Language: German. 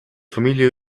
familie